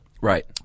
Right